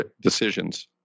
decisions